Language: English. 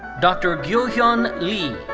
dr. gyuhyon lee.